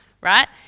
right